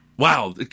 Wow